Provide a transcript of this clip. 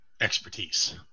expertise